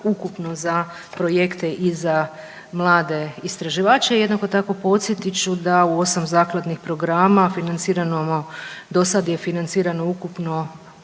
za projekte i za mlade istraživače. Jednako tako podsjetit ću da u osam zakladnih programa financirano do sad je financirano ukupno